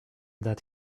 that